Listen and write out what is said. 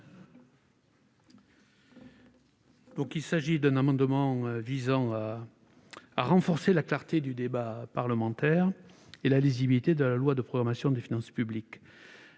Cet amendement vise à renforcer la clarté du débat parlementaire et la lisibilité de la loi de programmation des finances publiques.